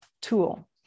tool